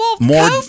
more